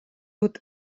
dut